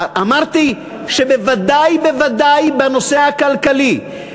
אמרתי שבוודאי ובוודאי בנושא הכלכלי,